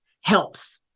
helps